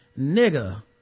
nigga